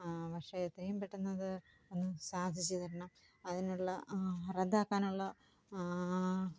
പക്ഷേ എത്രയും പെട്ടന്ന് അത് ഒന്ന് സാധിച്ചു തരണം അതിനുള്ള റദ്ദാക്കാനുള്ള